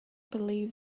believe